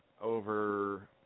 over